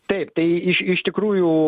taip tai iš iš tikrųjų